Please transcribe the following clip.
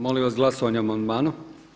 Molim vas glasovanje o amandmanu.